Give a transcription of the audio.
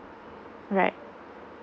right